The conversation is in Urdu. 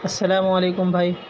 السلام علیکم بھائی